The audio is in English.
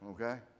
okay